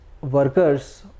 workers